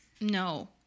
No